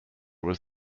was